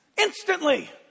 instantly